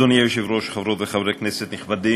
אדוני היושב-ראש, חברות וחברי כנסת נכבדים,